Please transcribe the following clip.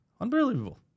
unbelievable